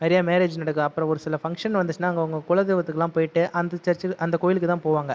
நிறையா மேரேஜ் நடக்கும் அப்புறம் ஒரு சில ஃபங்க்ஷன் வந்துச்சுன்னால் அவங்க குலதெய்வத்துக்கெல்லாம் போய்விட்டு அந்த கோயிலுக்குதான் போவாங்க